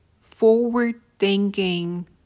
forward-thinking